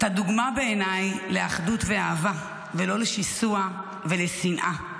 אתה דוגמה בעיניי לאחדות ואהבה ולא לשיסוע ולשנאה.